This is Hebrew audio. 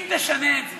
אם תשנה את זה